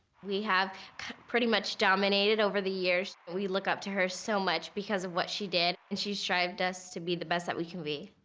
we have pretty much dominated over the years. we look up to her so much because of what she did and she strived us to be the best that we can be.